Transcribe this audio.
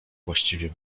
właściwie